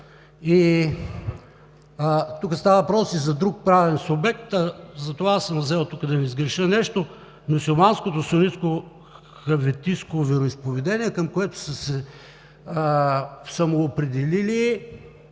Тук става въпрос и за друг правен субект, затова съм взел – да не сгреша нещо: Мюсюлманското сунитско ханефитско вероизповедание, към което са се самоопределили